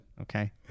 Okay